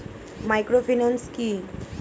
Microfinance কি?